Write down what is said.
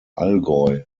allgäu